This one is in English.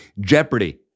jeopardy